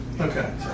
Okay